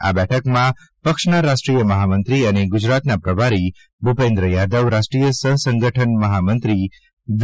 આ બેઠકમાં પક્ષના રાષ્ટ્રીય મહામંત્રી અને ગુજરાતના પ્રભારી શ્રી ભુપેન્દ્ર યાદવ રાષ્ટ્રીય સહ સંગઠમ મહામંત્રી શ્રી વી